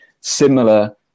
similar